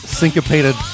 Syncopated